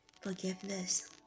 Forgiveness